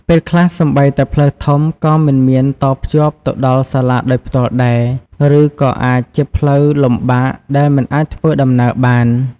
ពេលខ្លះសូម្បីតែផ្លូវធំក៏មិនមានតភ្ជាប់ទៅដល់សាលាដោយផ្ទាល់ដែរ ឬក៏អាចជាផ្លូវលំបាកដែលមិនអាចធ្វើដំណើរបាន។